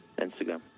Instagram